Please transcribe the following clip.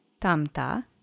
tamta